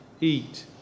eat